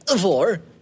four